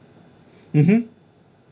mm hmm